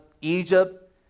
Egypt